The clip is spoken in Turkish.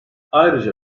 ayrıca